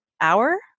hour